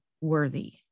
worthy